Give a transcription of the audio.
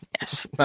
Yes